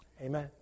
Amen